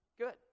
Good